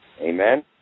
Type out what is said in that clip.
Amen